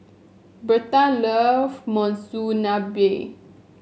Bertha love Monsunabe